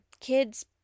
kids